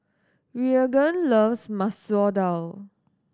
Reagan loves Masoor Dal